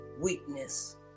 Weakness